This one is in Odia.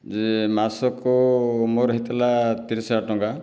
ଯେ ମାସକୁ ମୋ'ର ହୋଇଥିଲା ତିରିଶ ହଜାର ଟଙ୍କା